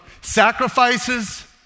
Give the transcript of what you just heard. sacrifices